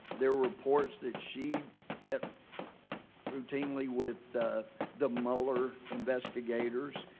there were reports that she met routinely with the the mueller investigators.